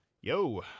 Yo